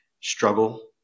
struggle